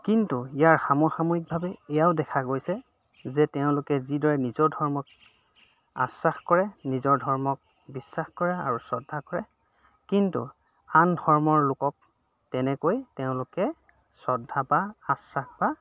কিন্তু ইয়াৰ সামসামূহিকভাৱে এয়াও দেখা গৈছে যে তেওঁলোকে যিদৰে নিজৰ ধৰ্মক আশ্বাস কৰে নিজৰ ধৰ্মক বিশ্বাস কৰে আৰু শ্ৰদ্ধা কৰে কিন্তু আন ধৰ্মৰ লোকক তেনেকৈ তেওঁলোকে শ্ৰদ্ধা বা আশ্বাস বা